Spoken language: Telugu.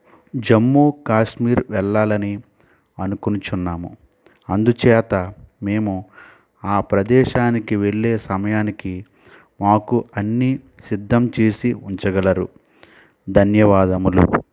జమ్ము కాశ్మీర్ వెళ్ళాలని అనుకునుచున్నాము అందుచేత మేము ఆ ప్రదేశానికి వెళ్ళే సమయానికి మాకు అన్ని సిద్ధం చేసి ఉంచగలరు ధన్యవాదములు